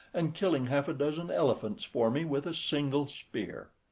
and killing half a dozen elephants for me with a single spear.